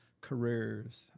careers